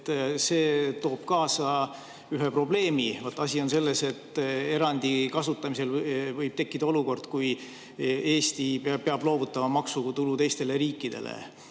toob kaasa ühe probleemi. Asi on selles, et erandi kasutamisel võib tekkida olukord, kus Eesti peab loovutama maksutulu teistele riikidele.